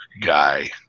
guy